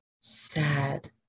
sad